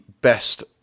best